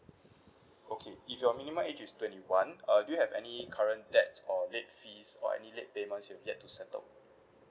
okay if your minimum age is twenty one uh do you have any current debt or late fees or any late payments you have yet to settle